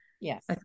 Yes